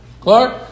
Clark